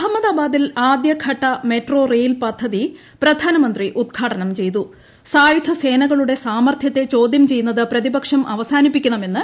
അഹമ്മദാബാദിൽ ആദ്യഘട്ട metro rail പദ്ധതി പ്രധാനമന്ത്രി ഉദ്ഘാടനം ചെയ്തു സായുധ സേനകളുടെ സാമർത്ഥ്യത്തെ ചോദ്യം ചെയ്യുന്നത് പ്രതിപക്ഷം അവസാനിപ്പിക്കണമെന്ന് ശ്രീ